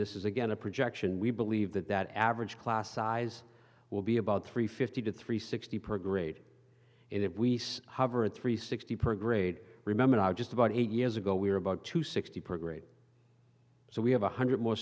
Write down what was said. this is again a projection we believe that that average class size will be about three fifty to three sixty per grade and if we see however a three sixty per grade remember now just about eight years ago we were about to sixty per grade so we have one hundred more